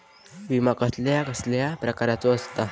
विमा कसल्या कसल्या प्रकारचो असता?